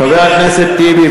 חבר הכנסת טיבי,